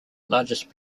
largest